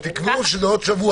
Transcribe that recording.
אז תקבעו שזה נכנס בעוד שבוע,